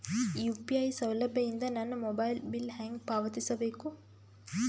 UPI ಸೌಲಭ್ಯ ಇಂದ ನನ್ನ ಮೊಬೈಲ್ ಬಿಲ್ ಹೆಂಗ್ ಪಾವತಿಸ ಬೇಕು?